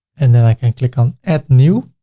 and then i can click on add new.